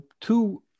two